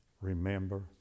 remember